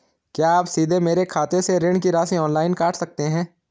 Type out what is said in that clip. क्या आप सीधे मेरे खाते से ऋण की राशि ऑनलाइन काट सकते हैं?